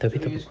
tapi